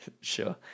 Sure